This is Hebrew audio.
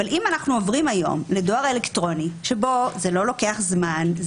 אם אנחנו עוברים היום לדואר אלקטרוני בו זה לא אורך זמן,